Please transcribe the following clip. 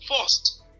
first